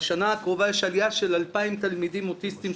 בשנה הקרובה יש עלייה של 2,000 תלמידים אוטיסטים,